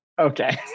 Okay